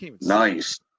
Nice